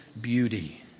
beauty